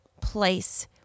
place